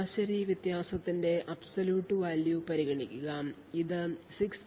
ശരാശരി വ്യത്യാസത്തിന്റെ absolute value പരിഗണിക്കുക ഇത് 6